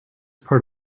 part